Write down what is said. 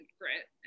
grit